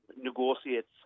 negotiates